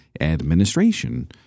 administration